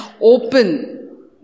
open